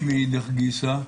גיסא,